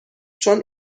چون